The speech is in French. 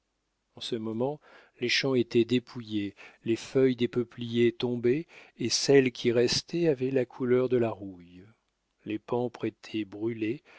en ce moment les champs étaient dépouillés les feuilles des peupliers tombaient et celles qui restaient avaient la couleur de la rouille les pampres étaient brûlés